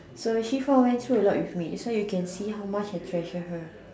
so shuffle went through a lot with me that's why you can see how much I treasure her